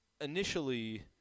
initially